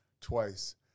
twice